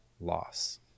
loss